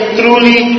truly